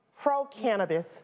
pro-cannabis